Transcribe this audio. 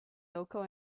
local